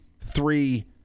three